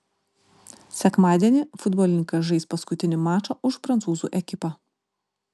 sekmadienį futbolininkas žais paskutinį mačą už prancūzų ekipą